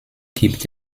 gibt